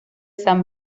san